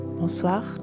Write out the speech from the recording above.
Bonsoir